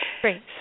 great